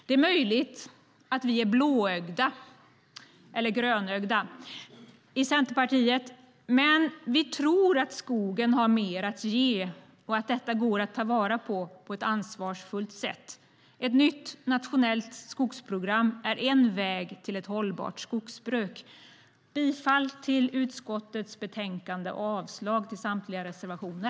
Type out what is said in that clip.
Det är möjligt att vi är blåögda, eller grönögda, i Centerpartiet, men vi tror att skogen har mer att ge och att detta går att ta vara på och att det går att göra på ett ansvarsfullt sätt. Ett nytt nationellt skogsprogram är en väg till ett hållbart skogsbruk. Jag yrkar bifall till utskottets förslag i betänkandet och avslag på samtliga reservationer.